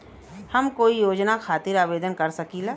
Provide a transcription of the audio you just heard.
हम कोई योजना खातिर आवेदन कर सकीला?